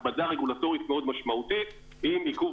הכבדה רגולטורית מאוד מאוד משמעותית עם עיכוב